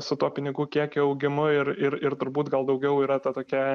su tuo pinigų kiekio augimu ir ir ir turbūt gal daugiau yra ta tokia